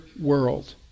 world